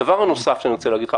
דבר נוסף שאני רוצה להגיד לך,